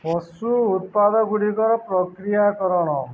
ପଶୁ ଉତ୍ପାଦ ଗୁଡ଼ିକର ପ୍ରକ୍ରିୟାକରଣ